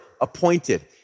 appointed